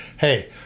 hey